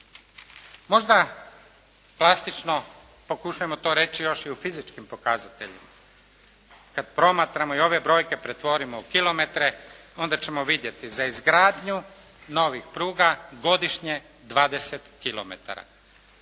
Možda … pokušajmo to reći još i u fizičkim pokazateljima. Kada promatramo i ove brojke pretvorimo u kilometre onda ćemo vidjeti za izgradnju novih pruga godišnje 20 kilometara